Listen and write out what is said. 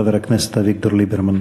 חבר הכנסת אביגדור ליברמן.